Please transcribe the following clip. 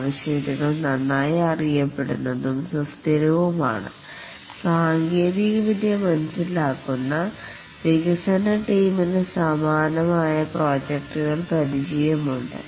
ആവശ്യകതകൾ നന്നായി അറിയപ്പെടുന്നതും സുസ്ഥിരവും ആണ് സാങ്കേതികവിദ്യ മനസ്സിലാക്കുന്നു വികസന ടീമിന് സമാന പ്രോജക്ടുകളിൽ പരിചയമുണ്ട്